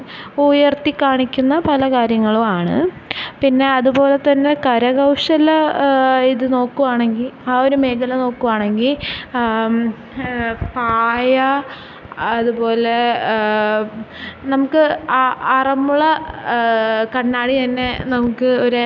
ഉയര്ത്തി കാണിക്കുന്ന പല കാര്യങ്ങളുവാണ് പിന്നെ അത്പോലെതന്നെ കരകൗശല ഇത് നോക്കുവാണെങ്കിൽ ആ ഒരു മേഖല നോക്കുവാണെങ്കിൽ പായാ അത്പോലെ നമുക്ക് ആറന്മുള കണ്ണാടി തന്നെ നമുക്ക് ഒരെ